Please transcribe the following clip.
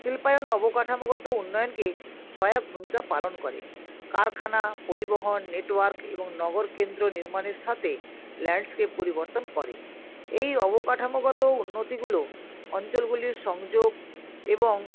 শিল্পায়ন অবকাঠামোগত উন্নয়নকে সহায়ক ভূমিকা পালন করে কারখানা পরিবহন নেটওয়ার্ক এবং নগর কেন্দ্র নির্মাণের সাথে ল্যান্ডস্কেপ পরিবর্তন করে এই অবকাঠামোগত উন্নতিগুলো অঞ্চলগুলির সংযোগ এবং